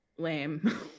lame